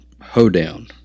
hoedown